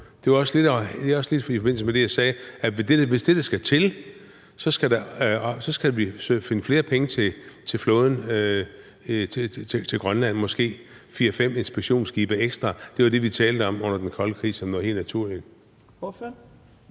Det er også lidt i forbindelse med det, jeg sagde, nemlig at hvis det er det, der skal til, skal vi finde flere penge til flåden i Grønland, måske til fire, fem inspektionsskibe ekstra. Det var det, vi talte om under den kolde krig som noget helt naturligt.